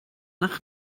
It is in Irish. nach